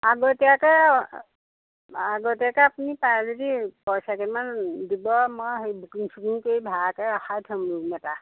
আগতীয়াকৈ আগতীয়াকৈ আপুনি পাৰে যদি পইচা কেইটামান দিব মই সেই বুকিং চুকিং কৰি ভাড়াকৈ ৰখাই থ'ম ৰুম এটা